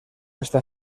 esta